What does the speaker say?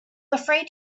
afraid